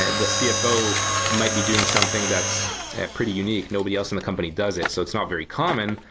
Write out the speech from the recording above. and the cfo might be doing something that's pretty unique. nobody else in the company does it. so it's not very common,